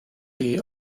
chi